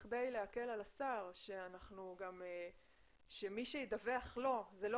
כדי להקל על השר שמי שידווח לו אלה לא